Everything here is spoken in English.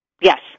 Yes